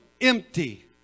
empty